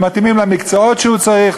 שמתאימים למקצועות שהוא צריך,